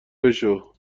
بشو